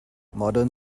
modern